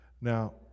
Now